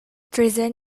treason